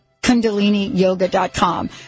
kundaliniyoga.com